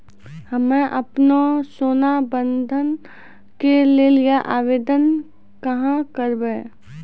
हम्मे आपनौ सोना बंधन के लेली आवेदन कहाँ करवै?